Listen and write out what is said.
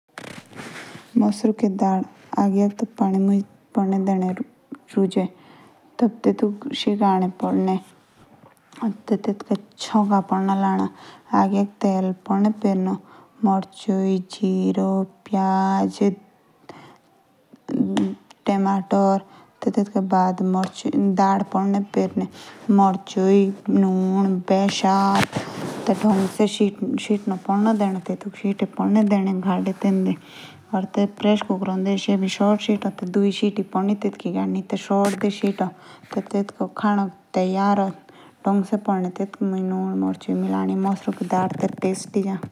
मसरू की दाल। आगे तो पानी मुझे पीने से रुजादे। तबे तैतुक पानी मुज पडने शितादे। या तबे चोका पदा लाना। या तेल जीरो धियान प्याज़ लशिन ची।